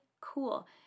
cool